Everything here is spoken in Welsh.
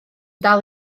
dal